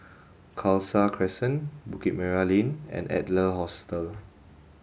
Khalsa Crescent Bukit Merah Lane and Adler Hostel